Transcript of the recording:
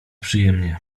przyjemnie